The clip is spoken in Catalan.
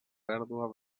pèrdua